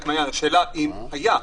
השאלה אם היה.